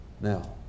Now